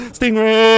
Stingray